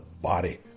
body